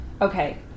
Okay